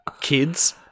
kids